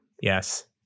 Yes